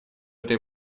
этой